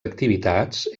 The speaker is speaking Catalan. activitats